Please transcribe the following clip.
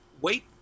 Wait